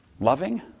loving